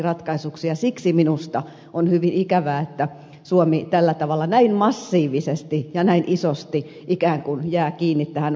siksi minusta on hyvin ikävää että suomi tällä tavalla näin massiivisesti ja näin isosti ikään kuin jää kiinni tähän vanhanaikaiseen